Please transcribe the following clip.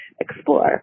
explore